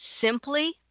simply